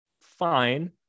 fine